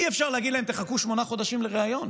אי-אפשר להגיד להם: תחכו שמונה חודשים לריאיון.